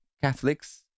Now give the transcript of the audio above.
Catholics